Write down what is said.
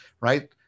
right